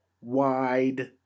Wide